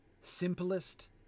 Simplest